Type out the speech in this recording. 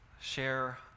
share